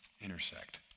intersect